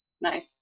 Nice